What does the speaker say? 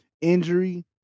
injury